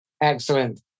Excellent